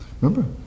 Remember